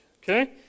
okay